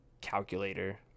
calculator